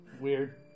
Weird